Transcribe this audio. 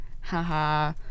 haha